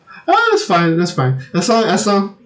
ah that's fine that's fine as long as long